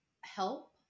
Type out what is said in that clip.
help